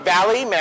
Valley